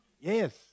Yes